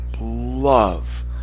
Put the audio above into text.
Love